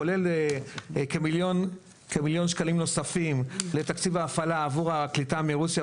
כולל כמיליון שקלים נוספים לתקציב ההפעלה עבור הקליטה מרוסיה,